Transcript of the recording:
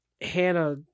Hannah